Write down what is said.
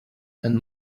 and